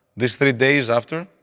these three days after,